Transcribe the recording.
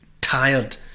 tired